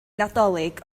nadolig